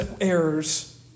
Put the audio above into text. errors